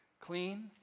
Clean